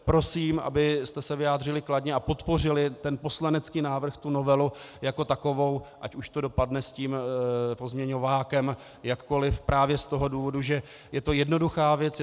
Prosím, abyste se vyjádřili kladně a podpořili ten poslanecký návrh, tu novelu jako takovou, ať už to dopadne s tím pozměňovákem jakkoliv právě z toho důvodu, že je to jednoduchá věc.